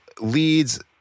leads